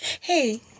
hey